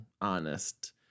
honest